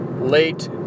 late